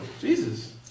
Jesus